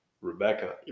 Rebecca